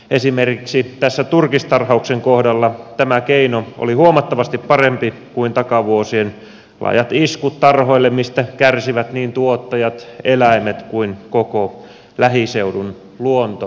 esimerkiksi tässä turkistarhauksen kohdalla tämä keino oli huomattavasti parempi kuin takavuosien laajat iskut tarhoille joista kärsivät niin tuottajat eläimet kuin koko lähiseudun luonto ja ihmiset